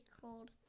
cold